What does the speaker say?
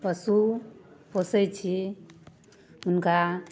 पशु पोसय छी हुनका